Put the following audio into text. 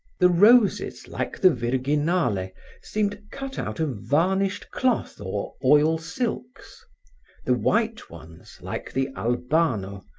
the roses like the virginale seemed cut out of varnished cloth or oil-silks the white ones, like the albano,